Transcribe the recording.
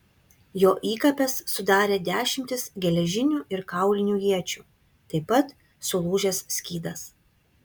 jo įkapes sudarė dešimtis geležinių ir kaulinių iečių taip pat sulūžęs skydas